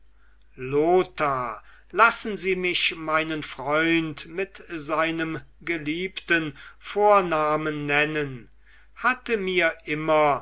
lothar lassen sie mich meinen freund mit seinem geliebten vornamen nennen hatte mir immer